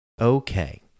Okay